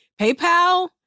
PayPal